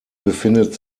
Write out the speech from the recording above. befindet